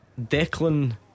Declan